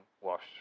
wash